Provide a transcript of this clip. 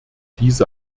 diese